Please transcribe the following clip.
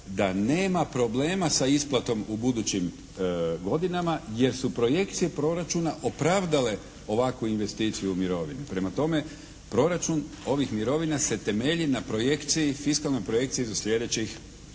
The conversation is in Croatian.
da nema problema sa isplatom u budućim godinama jer su projekcije proračuna opravdale ovakvu investiciju u mirovine. Prema tome, proračun ovih mirovina se temelji na fiskalnoj projekciji za sljedećih pet godina.